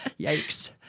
Yikes